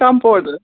compounders